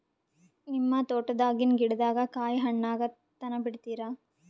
ನಿಮ್ಮ ತೋಟದಾಗಿನ್ ಗಿಡದಾಗ ಕಾಯಿ ಹಣ್ಣಾಗ ತನಾ ಬಿಡತೀರ?